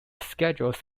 schedules